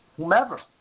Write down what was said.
Whomever